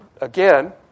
again